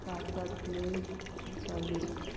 कासांतले कांसावले